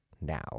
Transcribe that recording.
now